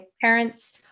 parents